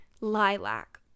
lilac